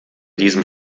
diesem